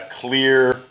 clear